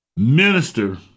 minister